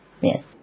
yes